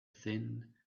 thin